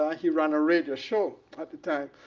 he ran a radio show at the time.